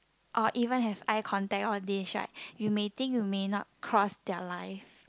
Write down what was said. or even have eye contact all these right you may think you may not cross their life